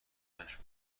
نشد